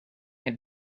had